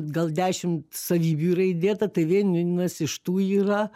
gal dešimt savybių yra įdėta tai vienas iš tų yra